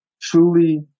truly